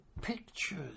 pictures